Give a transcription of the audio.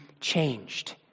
changed